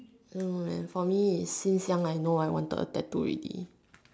I don't know man for me is since young I know I wanted a tattoo ready